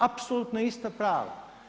Apsolutno ista prava.